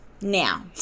now